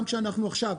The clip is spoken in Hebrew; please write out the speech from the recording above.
גם כשאנחנו עכשיו,